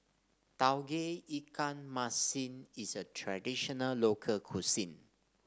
Tauge Ikan Masin is a traditional local cuisine